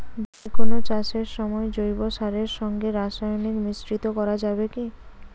যে কোন চাষের সময় জৈব সারের সঙ্গে রাসায়নিক মিশ্রিত করা যাবে কি?